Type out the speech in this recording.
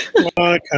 Okay